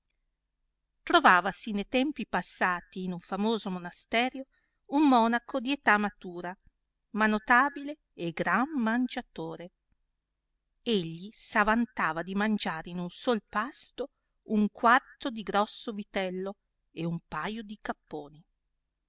cara trovavasi ne tempi passati in un famoso monasterìo un monaco di età matura ma notabile e gran mangiatore egli s avantava di mangiare in un sol pasto un quarto di grosso vitello e un paio di capponi